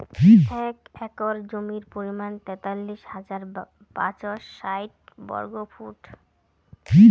এক একর জমির পরিমাণ তেতাল্লিশ হাজার পাঁচশ ষাইট বর্গফুট